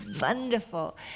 wonderful